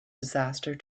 disaster